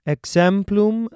Exemplum